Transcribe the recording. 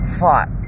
fought